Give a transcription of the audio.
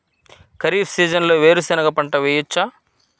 ఖరీఫ్ సీజన్లో వేరు శెనగ పంట వేయచ్చా?